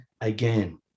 again